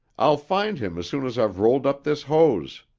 i'll find him as soon as i've rolled up this hose.